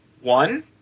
One